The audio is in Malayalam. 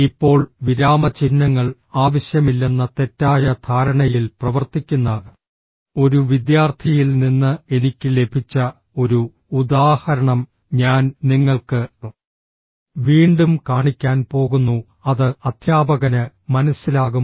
ഇപ്പോൾ വിരാമചിഹ്നങ്ങൾ ആവശ്യമില്ലെന്ന തെറ്റായ ധാരണയിൽ പ്രവർത്തിക്കുന്ന ഒരു വിദ്യാർത്ഥിയിൽ നിന്ന് എനിക്ക് ലഭിച്ച ഒരു ഉദാഹരണം ഞാൻ നിങ്ങൾക്ക് വീണ്ടും കാണിക്കാൻ പോകുന്നു അത് അധ്യാപകന് മനസ്സിലാകും